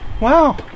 Wow